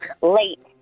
late